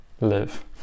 live